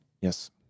Yes